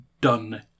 done